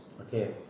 Okay